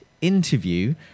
interview